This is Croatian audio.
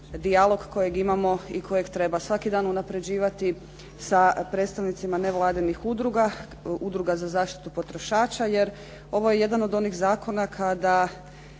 dijalog kojeg imamo i kojeg treba svaki dan unapređivati sa predstavnicima nevladinih udruga, udruga za zaštitu potrošača. Jer, ovo je jedan od onih zakona kada